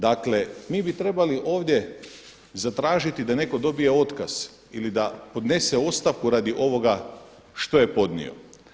Dakle, mi bi trebali ovdje zatražiti da netko dobije otkaz ili da podnese ostavku radi ovoga što je podnio.